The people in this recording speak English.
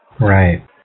right